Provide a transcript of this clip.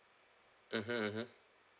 mmhmm mmhmm